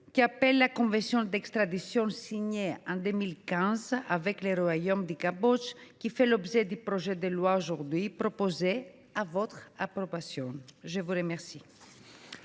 qu’appelle la convention d’extradition signée en 2015 avec le royaume du Cambodge, qui fait l’objet du projet de loi aujourd’hui soumis à votre approbation. La parole